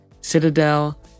Citadel